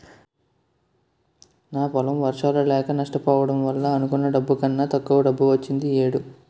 నా పొలం వర్షాలు లేక నష్టపోవడం వల్ల అనుకున్న డబ్బు కన్నా తక్కువ డబ్బు వచ్చింది ఈ ఏడు